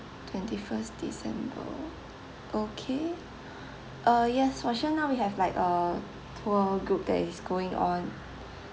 twenty first december okay uh yes for sure now we have like a tour group that is going on